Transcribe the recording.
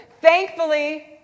Thankfully